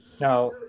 now